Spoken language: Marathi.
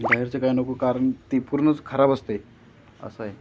बाहेरचं काय नको कारण ती पूर्णच खराब असतं असं आहे